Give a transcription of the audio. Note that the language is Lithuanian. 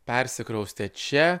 persikraustė čia